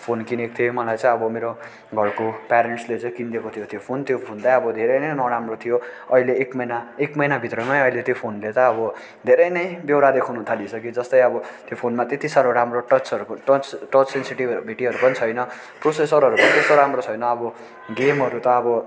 phone किनेको थिएँ मलाई चाहिँ अब मेरो घरको प्यारेन्ट्सले चाहिँ किनिदिएको थियो त्यो फोन त्यो फोन चाहिँ अब धेरै नै नराम्रो थियो अहिले एक महिना एक महिनाभित्रमै अहिले त्यो फोनले त अब धेरै नै बेहोरा देखाउनु थालिसक्यो जस्तै अब त्यो फानमा त्यति सारो राम्रो टचहरूको टच टच सेन्सेटिभ भिटीहरू पनि छैन प्रोसेरहरू पनि त्यस्तो राम्रो छैन अब गेमहरू त अब